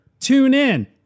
TuneIn